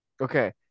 Okay